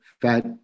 fat